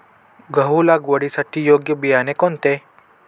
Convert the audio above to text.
गहू लागवडीसाठी योग्य बियाणे कोणते?